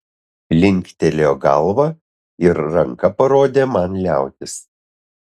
linktelėjo galva ir ranka parodė man liautis